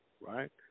right